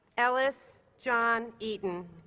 ellis john eaton